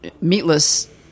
meatless